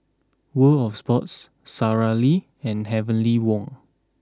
World Of Sports Sara Lee and Heavenly Wang